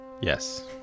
Yes